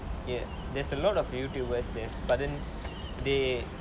yes there's a lot of YouTubers there's but then they